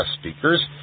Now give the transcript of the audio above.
speakers